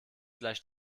gleich